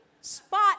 Spot